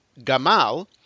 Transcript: Gamal